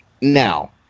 Now